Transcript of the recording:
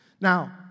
Now